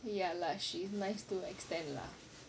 ya lah she's nice to a extent lah